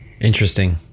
Interesting